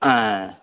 ஆ